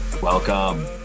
Welcome